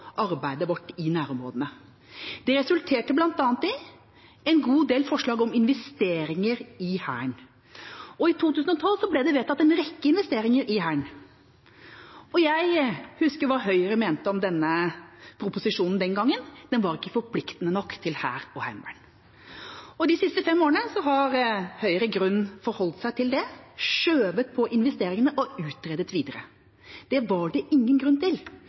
arbeidet vårt i nærområdene. Det resulterte bl.a. i en god del forslag om investeringer i Hæren, og i 2012 ble det vedtatt en rekke investeringer i Hæren. Jeg husker hva Høyre mente om proposisjonen den gangen: Den var ikke forpliktende nok til hær og heimevern. I de siste fem årene har Høyre i grunnen forholdt seg til det, skjøvet på investeringene og utredet videre. Det var det ingen grunn til.